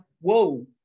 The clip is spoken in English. whoa